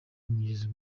umugezi